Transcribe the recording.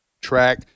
track